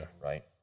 right